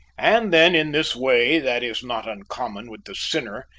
and then, in this way that is not uncommon with the sinner,